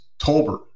Tolbert